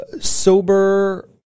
sober